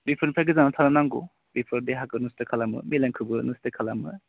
बेफोरनिफ्राय गोजानाव थानो नांगौ बेफोर देहाखौ नस्त' खालामो मेलेमखौबो नस्त' खालामो